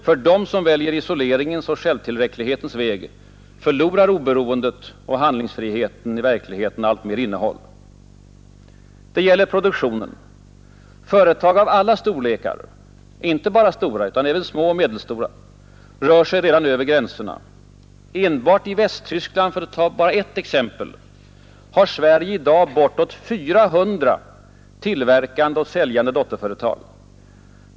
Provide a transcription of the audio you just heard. För dem som väljer isoleringens och självtillräcklighetens väg förlorar oberoendet och handlingsfriheten i verkligheten alltmer innehåll. Det gäller produktionen. Företag av alla storlekar, inte bara stora utan även små och medelstora, rör sig redan över gränserna. Enbart i Västtyskland — för att bara ta ett exempel — har Sverige i dag bortåt 400 tillverkande och säljande dotterföretag.